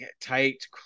tight